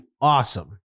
awesome